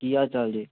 ਕੀ ਹਾਲ ਚਾਲ ਜੀ